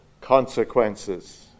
consequences